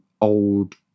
old